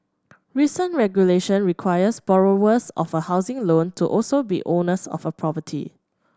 recent regulation requires borrowers of a housing loan to also be owners of a property